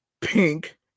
Pink